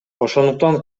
ошондуктан